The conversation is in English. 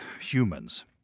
humans